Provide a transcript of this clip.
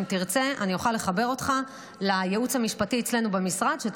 אם תרצה אני אוכל לחבר אותך לייעוץ המשפטי אצלנו במשרד או